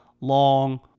long